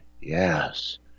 Yes